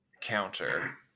Counter